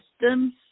systems